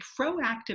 proactive